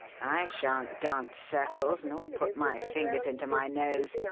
i shan't dance circles nor put my fingers into my nose,